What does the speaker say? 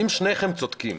אם שניכם צודקים,